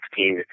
16